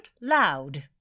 Loud